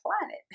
planet